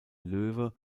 löwe